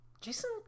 Jason